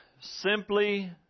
simply